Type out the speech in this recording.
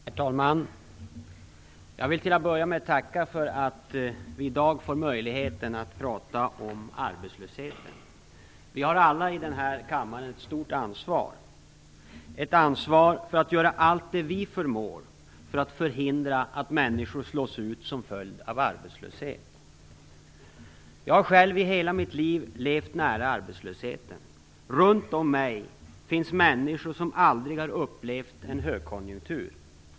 Herr talman! Jag vill till att börja med tacka för att vi i dag får möjligheten att tala om arbetslösheten. Vi har alla i den här kammaren ett stort ansvar, ett ansvar för att göra allt det vi förmår för att förhindra att människor slås ut som följd av arbetslöshet. Jag har själv i hela mitt liv levt nära arbetslösheten. Runt om mig finns människor som aldrig har upplevt en högkonjunktur.